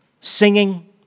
singing